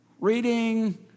reading